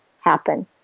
happen